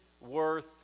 worth